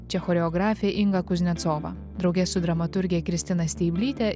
čia choreografė inga kuznecova drauge su dramaturge kristina steiblyte